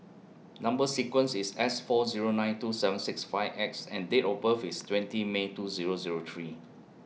Number sequence IS S four Zero nine two seven six five X and Date of birth IS twenty May two Zero Zero three